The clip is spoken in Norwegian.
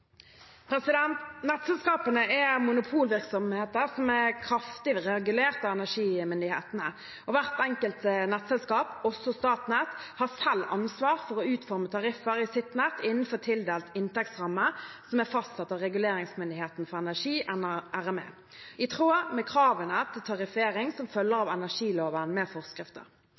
Nettselskapene er monopolvirksomheter som er kraftig regulert av energimyndighetene. Hvert enkelt nettselskap, også Statnett, har selv ansvar for å utforme tariffer i sitt nett innenfor tildelt inntektsramme, som er fastsatt av Reguleringsmyndigheten for energi, RME, i tråd med kravene til tariffering som følger av energiloven med forskrifter.